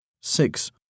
Six